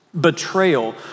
Betrayal